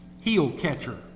heel-catcher